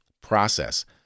process